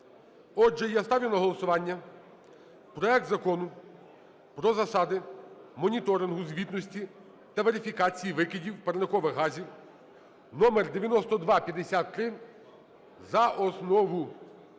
Отже, я ставлю на голосування проект Закону про засади моніторингу, звітності та верифікації викидів парникових газів (№ 9253) за основу.